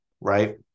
right